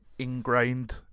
ingrained